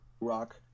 rock